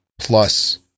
plus